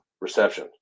reception